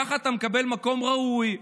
וככה אתה מקבל מקום ראוי.